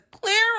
clearly